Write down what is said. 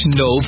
no